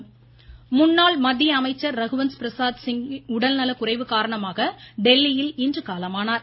மறைவு முன்னாள் மத்திய அமைச்சர் ரகுவன்ஸ் பிரசாத்சிங் உடல் நலக்குறைவு காரணமாக தில்லியில் இன்று காலமானார்